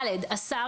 השר,